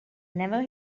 never